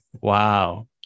Wow